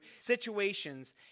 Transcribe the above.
situations